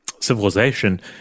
civilization